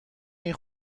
این